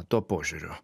tuo požiūriu